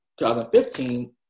2015